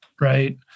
right